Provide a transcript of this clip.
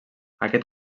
aquest